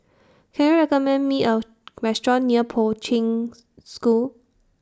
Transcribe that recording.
Can YOU recommend Me A Restaurant near Poi Ching School